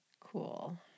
Cool